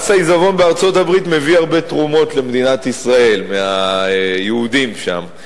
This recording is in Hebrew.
מס העיזבון בארצות-הברית מביא הרבה תרומות למדינת ישראל מהיהודים שם.